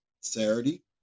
Saturday